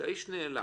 שהאיש נעלם,